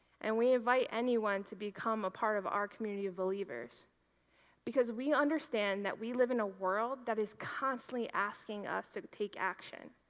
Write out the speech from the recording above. and we invite anyone to become a part of our community of believers because we understand that we live in a world that is constantly asking us to take action,